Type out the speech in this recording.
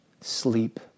sleep